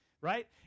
Right